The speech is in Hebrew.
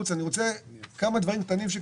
כמה דברים קטנים: